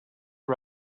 are